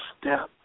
step